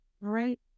right